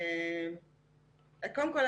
קודם כול,